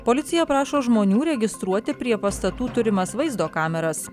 policija prašo žmonių registruoti prie pastatų turimas vaizdo kameras